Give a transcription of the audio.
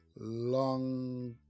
long